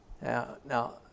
Now